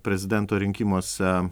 prezidento rinkimuose